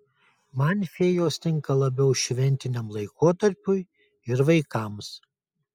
man fėjos tinka labiau šventiniam laikotarpiui ir vaikams